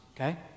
okay